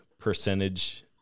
percentage